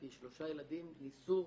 כי שלושה ילדים ניסו